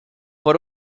por